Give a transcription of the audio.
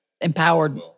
Empowered